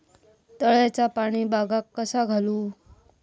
तळ्याचा पाणी बागाक कसा घालू?